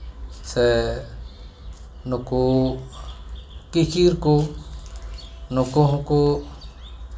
ᱥᱮ ᱱᱩᱠᱩ ᱠᱤᱸᱠᱤᱨ ᱠᱚ ᱱᱩᱠᱩ ᱦᱚᱸᱠᱚ